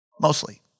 Mostly